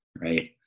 right